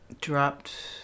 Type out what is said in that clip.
Dropped